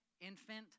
infant